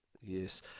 Yes